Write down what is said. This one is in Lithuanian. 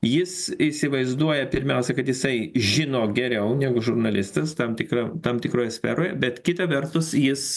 jis įsivaizduoja pirmiausia kad jisai žino geriau negu žurnalistas tam tikrą tam tikroje sferoje bet kita vertus jis